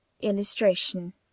Illustration